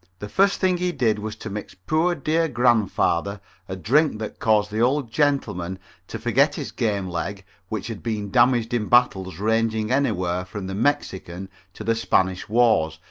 the first thing he did was to mix poor dear grandfather a drink that caused the old gentleman to forget his game leg which had been damaged in battles, ranging anywhere from the mexican to the spanish wars,